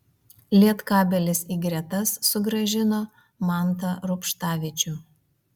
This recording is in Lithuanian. lietkabelis į gretas sugrąžino mantą rubštavičių